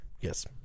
Yes